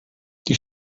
die